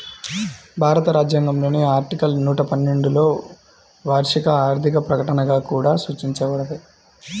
భారత రాజ్యాంగంలోని ఆర్టికల్ నూట పన్నెండులోవార్షిక ఆర్థిక ప్రకటనగా కూడా సూచించబడేది